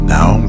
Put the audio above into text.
Now